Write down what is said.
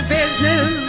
business